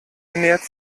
ernährt